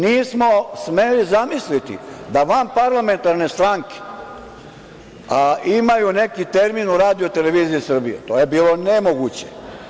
Nismo smeli zamisliti da vanparlamentarne stranke imaju neki termin u RTS-u, to je bilo nemoguće.